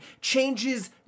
changes